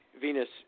Venus